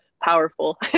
powerful